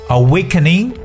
awakening